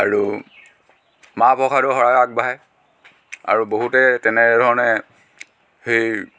আৰু মাহ প্ৰসাদৰ শৰাই আগবঢ়ায় আৰু বহুতে তেনেধৰণে সেই